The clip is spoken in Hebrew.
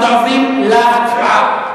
אנחנו עוברים להצבעה.